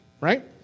right